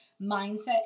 mindset